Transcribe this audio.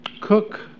Cook